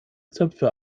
zöpfe